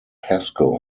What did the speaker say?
pasco